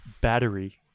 battery